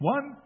One